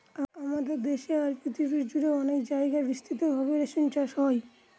আমাদের দেশে আর পৃথিবী জুড়ে অনেক জায়গায় বিস্তৃত ভাবে রেশম চাষ হয়